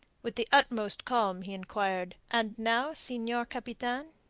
with the utmost calm he enquired and now, senior capitan?